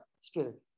spirit